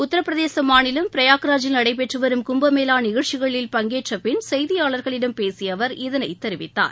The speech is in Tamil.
உத்தரபிரதேசம் மாநிலம் பிரயாக்ராஜில் நடைபெற்றுவரும் கும்பமேளா நிகழ்ச்சிகளில் பங்கேற்றபின் செய்தியாளர்களிடம் பேசிய அவர் இதனை தெரிவித்தார்